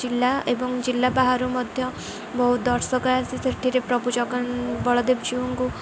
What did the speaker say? ଜିଲ୍ଲା ଏବଂ ଜିଲ୍ଲା ବାହାରୁ ମଧ୍ୟ ବହୁତ ଦର୍ଶକ ଆସି ସେଠରେ ପ୍ରଭୁ ଜଗନ ବଳଦେବ ଜୀଉଙ୍କୁ